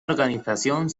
organización